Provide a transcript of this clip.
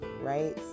right